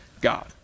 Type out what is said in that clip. God